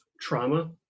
trauma